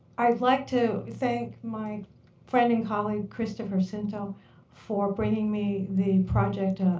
i'd like to thank my friend and colleagues christopher scinto for bringing me the project,